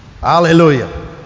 Hallelujah